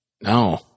No